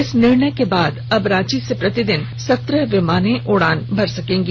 इस निर्णय के बाद अब रांची से प्रतिदिन सत्रह विमानें उड़ान भर सकेंगे